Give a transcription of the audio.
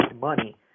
money